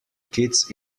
kids